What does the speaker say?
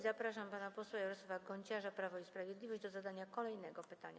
Zapraszam pana posła Jarosława Gonciarza, Prawo i Sprawiedliwość, do zadania kolejnego pytania.